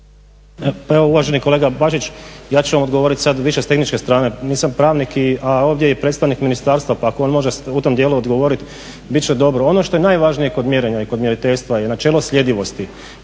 Pa evo uvaženi kolega Bačić, ja ću vam odgovoriti sad više s tehničke strane. Nisam pravnik, a ovdje je i predstavnik ministarstva, pa ako on može u tom dijelu odgovoriti bit će dobro. Ono što je najvažnije kod mjerenja i kod mjeriteljstva je načelo sljedivosti.